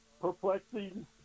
Perplexing